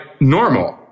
normal